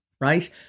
Right